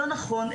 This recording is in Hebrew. לא נכון,